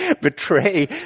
betray